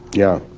yeah,